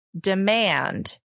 demand